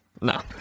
No